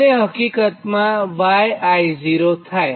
અને આ હકીકતમાં yi0 થાય